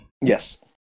Yes